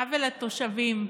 עוול לתושבים.